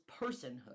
personhood